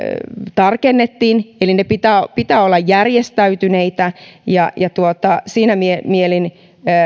tarkennettiin eli niiden pitää olla järjestäytyneitä ja ja siinä mielessä